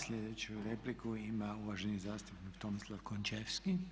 Sljedeću repliku ima uvaženi zastupnik Tomislav Končevski.